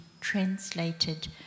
translated